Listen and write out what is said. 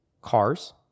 Cars